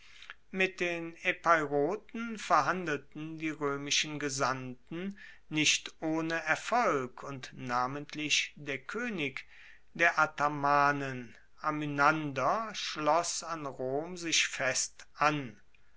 mit den epeiroten verhandelten die roemischen gesandten nicht ohne erfolg und namentlich der koenig der athamanen amynander schloss an rom sich fest an